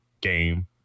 game